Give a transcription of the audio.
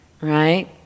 right